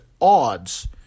odds